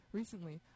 Recently